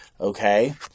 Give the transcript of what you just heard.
Okay